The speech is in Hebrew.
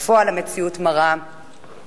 בפועל המציאות מראה